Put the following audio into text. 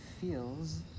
feels